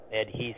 adhesive